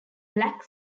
black